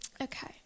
Okay